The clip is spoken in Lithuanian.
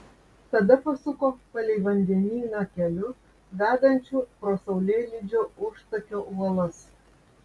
tada pasuko palei vandenyną keliu vedančiu pro saulėlydžio užtakio uolas